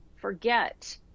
forget